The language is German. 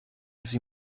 sie